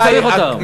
לא צריך אותם.